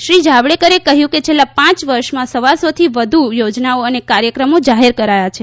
શ્રી જાવડેકરે કહ્યુંકે છેલ્લાં પાંચ વર્ષમાં સવાસોથી વધુ યોજનાઓ અને કાર્યક્રમો જાહેર કરાયા છે